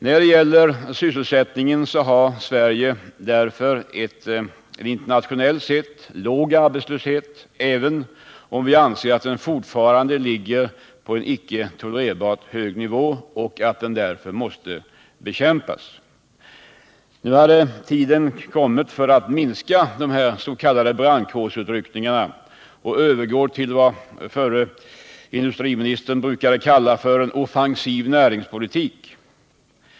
När det gäller sysselsättningen har Sverige en internationellt sett låg arbetslöshet, även om vi anser att den fortfarande ligger på en icke tolerabelt hög nivå och därför måste bekämpas. Nu hade tiden kommit för att minska de s.k. brandkårsutryckningarna och övergå till vad den förre industriministern brukade kalla för en offensiv näringspolitik.